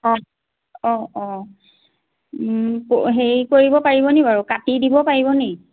অঁ অঁ অঁ হেৰি কৰিব পাৰিব নি বাৰু কাটি দিব পাৰিব নি